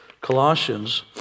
Colossians